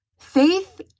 Faith